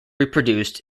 reproduced